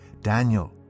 Daniel